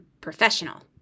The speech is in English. professional